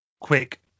quick